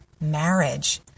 marriage